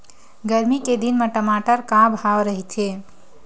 गरमी के दिन म टमाटर का भाव रहिथे?